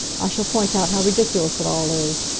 i shall point out how ridiculous it all is.